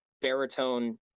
baritone